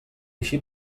així